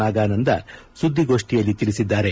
ನಾಗಾನಂದ ಸುದ್ದಿಗೋಷ್ಠಿಯಲ್ಲಿ ತಿಳಿಸಿದ್ದಾರೆ